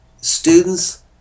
students